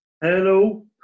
Hello